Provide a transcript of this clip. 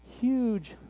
huge